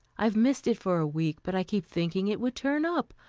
i've missed it for a week, but i kept thinking it would turn up.